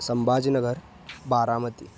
सम्बाजिनगरं Baramati